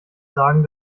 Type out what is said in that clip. sagen